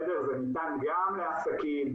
זה ניתן גם לעסקים,